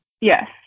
Yes